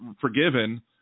forgiven